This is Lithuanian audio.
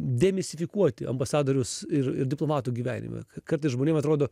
demistifikuoti ambasadorius ir ir diplomatų gyvenimą kartais žmonėm atrodo